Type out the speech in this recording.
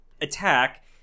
attack